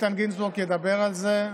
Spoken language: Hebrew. איתן גינזבורג ידבר על זה,